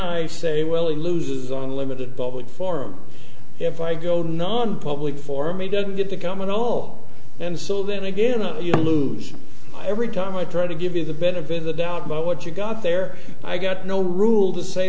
i say well it loses on a limited public forum if i go nonpublic for me doesn't get to come at all and so then again not you lose every time i try to give you the benefit of the doubt about what you got there i got no rule to say